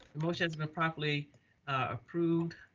the motion has been properly approved.